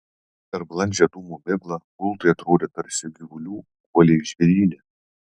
per blandžią dūmų miglą gultai atrodė tarsi gyvulių guoliai žvėryne